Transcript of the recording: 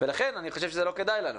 ולכן אני חושב שזה לא כדאי לנו,